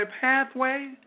pathway